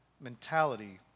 mentality